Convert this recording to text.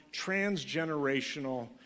transgenerational